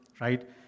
right